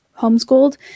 homeschooled